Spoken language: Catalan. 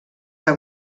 que